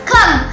Come